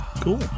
cool